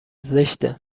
زشته